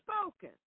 spoken